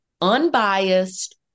unbiased